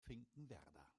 finkenwerder